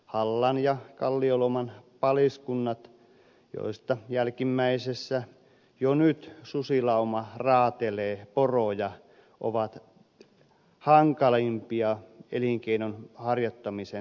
hallan ja kallioluoman paliskunnat joista jälkimmäisessä jo nyt susilauma raatelee poroja ovat hankalimpia elinkeinon harjoittamisen näkökulmasta